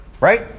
Right